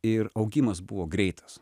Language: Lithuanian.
ir augimas buvo greitas